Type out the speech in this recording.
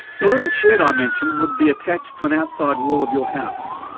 the little shed i mentioned would be attached to an outside wall of your house.